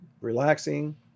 relaxing